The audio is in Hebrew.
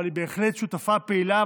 אבל היא בהחלט שותפה פעילה.